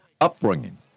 upbringing